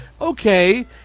Okay